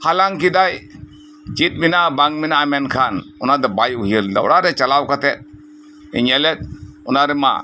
ᱦᱟᱞᱟᱝ ᱠᱮᱫᱟᱭ ᱪᱮᱫ ᱢᱮᱱᱟᱜᱼᱟ ᱵᱟᱝ ᱢᱮᱱᱟᱜᱼᱟ ᱢᱮᱱᱠᱷᱟᱱ ᱚᱱᱟ ᱫᱚ ᱵᱟᱭ ᱩᱭᱦᱟᱹᱨ ᱞᱮᱫᱟ ᱚᱲᱟᱜ ᱨᱮ ᱪᱟᱞᱟᱣ ᱠᱟᱛᱮᱫ ᱮ ᱧᱮᱞᱮᱫ ᱚᱱᱟ ᱨᱮᱢᱟ